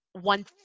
One